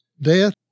Death